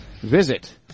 visit